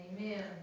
Amen